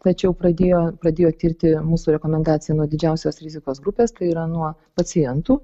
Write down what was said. tačiau pradėjo pradėjo tirti mūsų rekomendacija nuo didžiausios rizikos grupės tai yra nuo pacientų